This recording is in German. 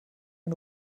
den